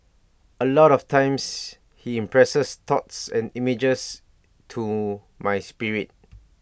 A lot of times he impresses thoughts and images to my spirit